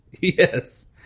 Yes